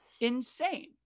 insane